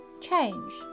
Change